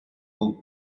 hoop